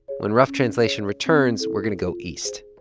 when rough translation returns, we're going to go east,